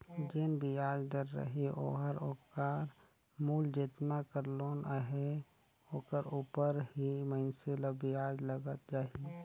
जेन बियाज दर रही ओहर ओकर मूल जेतना कर लोन अहे ओकर उपर ही मइनसे ल बियाज लगत जाही